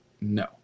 No